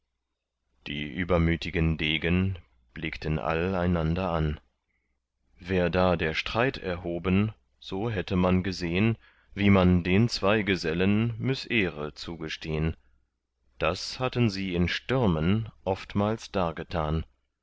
die übermütgen degen blickten all einander an wär da der streit erhoben so hätte man gesehn wie man den zwei gesellen müss ehre zugestehn das hatten sie in stürmen oftmals dargetan